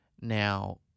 Now